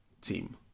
team